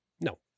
No